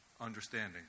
understanding